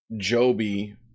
Joby